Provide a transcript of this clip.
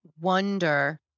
wonder